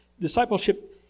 Discipleship